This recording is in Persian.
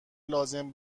لازم